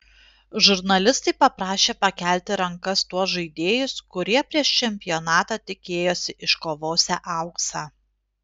žurnalistai paprašė pakelti rankas tuos žaidėjus kurie prieš čempionatą tikėjosi iškovosią auksą